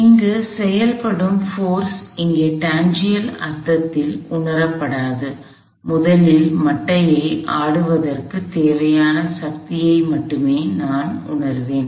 எனவே இங்கு செயல்படும் போர்ஸ் இங்கே டான்ஜென்ஷியல் அர்த்தத்தில் உணரப்படாது முதலில் மட்டையை ஆடுவதற்குத் தேவையான சக்தியை மட்டுமே நான் உணருவேன்